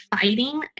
fighting